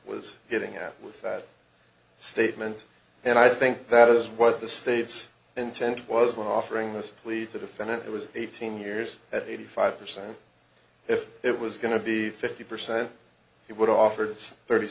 was getting at with that statement and i think that is what the state's intent was for offering this plea the defendant it was eighteen years at eighty five percent if it was going to be fifty percent he would offer just thirty